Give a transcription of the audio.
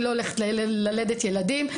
אני לא הולכת ללדת ילדים,